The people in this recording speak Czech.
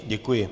Děkuji.